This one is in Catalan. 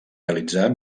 realitzar